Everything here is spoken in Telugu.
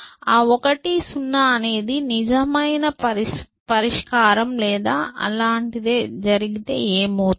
ఆ 1 ౦ అనేది నిజమైన పరిష్కారం లేదా అలాంటిదే జరిగితే ఏమౌతుంది